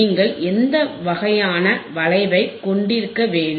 நீங்கள் எந்த வகையான வளைவைக் கொண்டிருக்க வேண்டும்